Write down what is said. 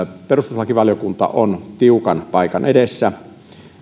perustuslakivaliokunta on tiukan paikan edessä